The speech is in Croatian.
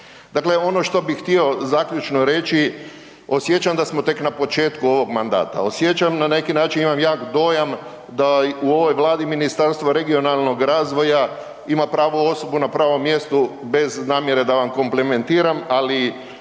Dakle ono što bih htio zaključno reći, osjećam da smo tek na početku ovog mandata, osjećam na neki način, imam jak dojam da u ovoj Vladi Ministarstvo regionalnog razvoja ima pravu osobu na pravom mjestu bez namjere da vam komplimentiram, ali